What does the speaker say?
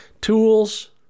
tools